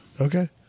Okay